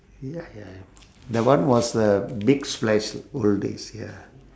ya ya ya that one was a big splash old days ya